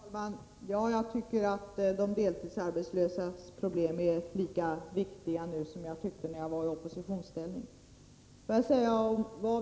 Herr talman! Jag tycker att de deltidsarbetslösas problem är lika viktiga nu som jag tyckte när jag var i opposition.